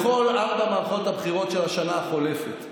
בכל ארבע מערכות הבחירות של השנה החולפת,